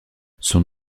son